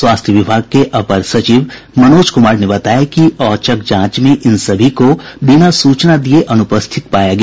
स्वास्थ्य विभाग के अपर सचिव मनोज कुमार ने बताया कि औचक जांच में इन सभी को बिना सूचना दिये अनुपस्थित पाया गया